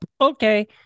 Okay